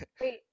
Wait